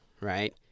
right